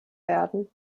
werden